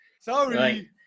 Sorry